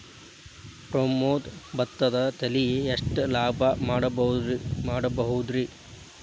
ಪ್ರಮೋದ ಭತ್ತದ ತಳಿ ಎಷ್ಟ ಲಾಭಾ ಮಾಡಬಹುದ್ರಿ?